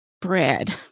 bread